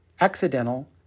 accidental